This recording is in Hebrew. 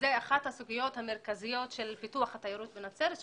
וזו אחת הסוגיות המרכזיות של פיתוח התיירות בנצרת כי